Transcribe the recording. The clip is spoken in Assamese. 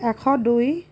এশ দুই